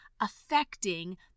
affecting